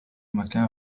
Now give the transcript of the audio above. مكان